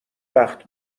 وقت